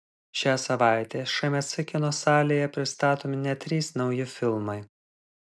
šią savaitę šmc kino salėje pristatomi net trys nauji filmai